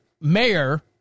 mayor